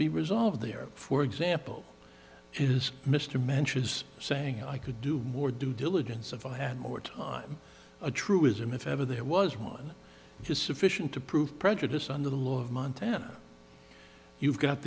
be resolved there for example is mr manches saying i could do more due diligence if i had more time a truism if ever there was one just sufficient to prove prejudice under the law of montana you've got